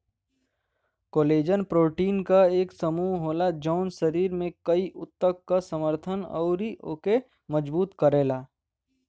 collagen protein क एक समूह होला जौन शरीर में कई ऊतक क समर्थन आउर ओके मजबूत करला